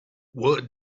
what